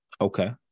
Okay